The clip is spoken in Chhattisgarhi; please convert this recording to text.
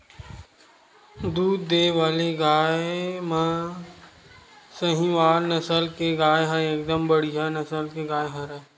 दूद देय वाले गाय म सहीवाल नसल के गाय ह एकदम बड़िहा नसल के गाय हरय